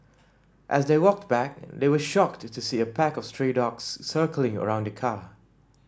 as they walked back they were shocked to see a pack of stray dogs circling around the car